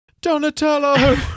Donatello